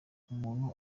umuntu